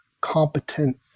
competent